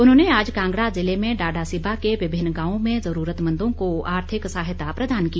उन्होंने आज कांगड़ा ज़िले में डाडासिबा के विभिन्न गांवों में जरूरतमंदों को आर्थिक सहायता प्रदान की